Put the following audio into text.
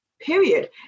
period